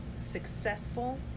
successful